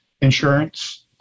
insurance